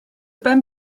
ben